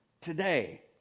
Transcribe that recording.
today